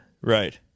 Right